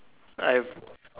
I've